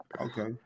Okay